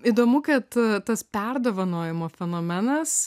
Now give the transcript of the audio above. įdomu kad tas perdovanojimo fenomenas